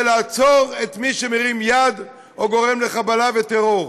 לעצור את מי שמרים יד או גורם לחבלה וטרור.